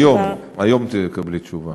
היום תקבלי תשובה.